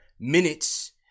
minutes